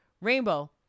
rainbow